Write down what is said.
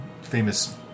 famous